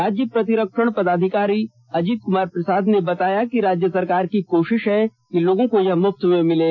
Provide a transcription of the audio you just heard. राज्य प्रतिरक्षण पदाधिकारी अजीत क्मार प्रसाद ने बताया कि राज्य सरकार की कोशिश है कि लोगों को यह मुफ्त में मिले